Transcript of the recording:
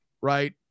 right